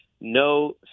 no